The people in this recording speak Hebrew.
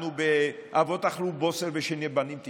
נהגנו לפי "אבות אכלו בוסר ושיני בנים תקהינה".